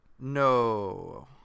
no